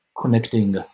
connecting